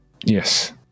Yes